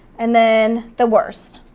and then the worst.